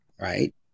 right